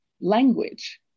language